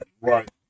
right